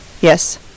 Yes